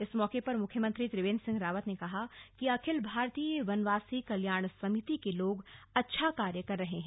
इस मौके पर मुख्यमंत्री त्रिवेन्द्र सिंह रावत ने कहा कि अखिल भारतीय वनवासी कल्याण समिति के लोग अच्छा कार्य कर रहे हैं